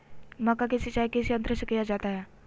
मक्का की सिंचाई किस यंत्र से किया जाता है?